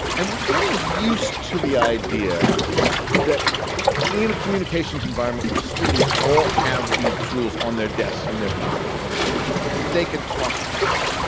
and we're getting used to the idea that in a communications environment where the students all have these tools on their desks, in their pockets, and so on, that they can talk back.